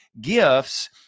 gifts